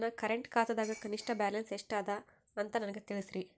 ನನ್ನ ಕರೆಂಟ್ ಖಾತಾದಾಗ ಕನಿಷ್ಠ ಬ್ಯಾಲೆನ್ಸ್ ಎಷ್ಟು ಅದ ಅಂತ ನನಗ ತಿಳಸ್ರಿ